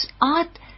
Art